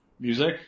music